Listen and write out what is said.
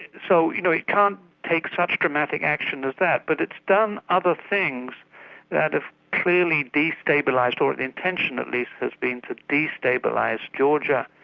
so you know it can't take such dramatic action as that, but it's done other things that have clearly destabilised or the intention at least has been to destabilise georgia,